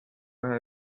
vaja